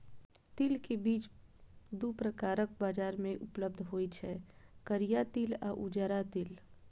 तिल के बीज दू प्रकारक बाजार मे उपलब्ध होइ छै, करिया तिल आ उजरा तिल